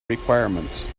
requirements